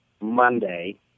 Monday